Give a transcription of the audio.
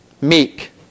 meek